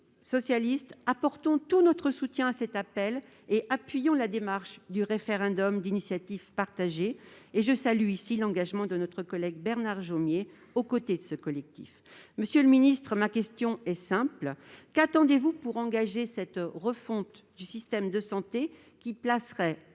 apportons tout notre soutien à cet appel et appuyons la démarche du référendum d'initiative partagée. Je salue l'engagement de notre collègue Bernard Jomier aux côtés de ce collectif. Ma question est simple : qu'attendez-vous pour engager cette refonte du système de santé, qui placerait,